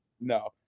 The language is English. No